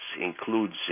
includes